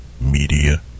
Media